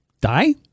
die